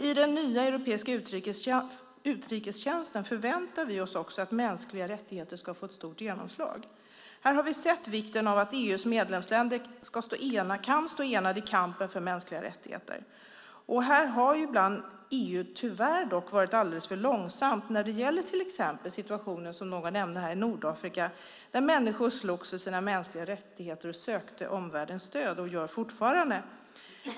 I den nya europeiska utrikestjänsten förväntar vi oss att också mänskliga rättigheter ska få ett stort genomslag. Vi har sett vikten av att EU:s medlemsländer kan stå enade i kampen för mänskliga rättigheter. Här har ibland EU tyvärr varit alldeles för långsamt, till exempel när det gäller situationen i Nordafrika, som någon nämnde, där människor slogs för sina mänskliga rättigheter och sökte omvärldens stöd, och gör så fortfarande.